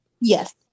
Yes